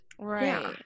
Right